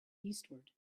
eastward